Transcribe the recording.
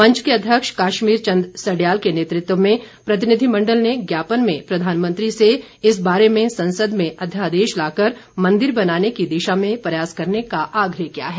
मंच के अध्यक्ष काश्मीर चंद सडयाल के नेतृत्व में प्रतिनिधिमंडल ने ज्ञापन में प्रधानमंत्री से इस बारे में संसद में अध्यादेश लाकर मंदिर बनाने की दिशा में प्रयास करने का आग्रह किया है